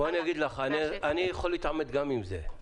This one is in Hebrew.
אני יכול להתעמת גם עם זה,